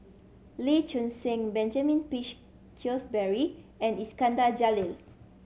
Lee Choon Seng Benjamin Peach Keasberry and Iskandar Jalil